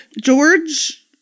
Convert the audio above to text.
George